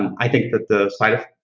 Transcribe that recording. i think that the side